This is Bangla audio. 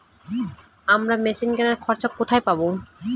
আমরা মেশিন কেনার খরচা কোথায় পাবো?